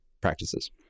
practices